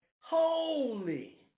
holy